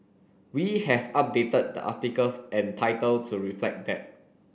we have updated the articles and title to reflect that